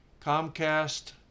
Comcast